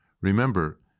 Remember